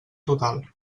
total